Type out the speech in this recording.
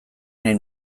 nahi